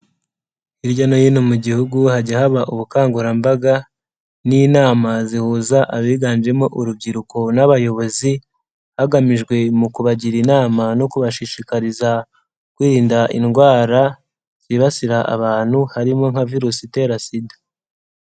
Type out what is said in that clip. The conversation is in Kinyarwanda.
Hirya no hino mu gihugu hajya haba ubukangurambaga n'inama zihuza abiganjemo urubyiruko n'abayobozi, hagamijwe mu kubagira inama no kubashishikariza kwirinda indwara zibasira abantu harimo nka virusi itera SIDA.